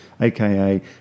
aka